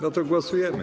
No to głosujemy.